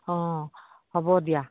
অঁ হ'ব দিয়া